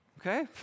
Okay